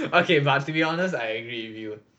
okay but to be honest I agree with you